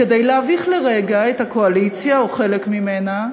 כדי להביך לרגע את הקואליציה או חלק ממנה,